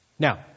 Now